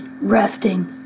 resting